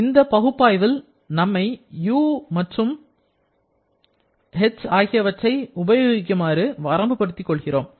இந்தப் பகுப்பாய்வுவில் நம்மை U மற்றும் H ஆகியவற்றை உபயோகிக்குமாறு வரம்பு படுத்திக் கொள்கிறோம்